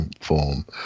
form